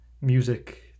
music